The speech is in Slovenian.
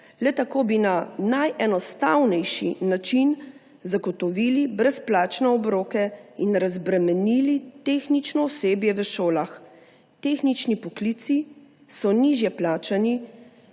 Le tako bi na najenostavnejši način zagotovili brezplačne obroke in razbremenili tehnično osebje v šolah. Tehnični poklici so nižje plačani